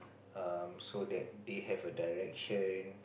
um so that they have a direction